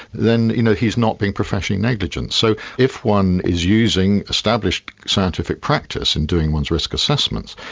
then you know he is not being professionally negligent. so if one is using established scientific practice in doing one's risk assessments,